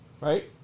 right